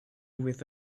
with